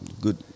good